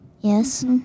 Yes